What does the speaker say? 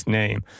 name